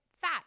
fat